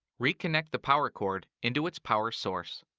reconnect the power cord into its power source.